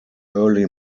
early